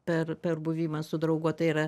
per per buvimą su draugu tai yra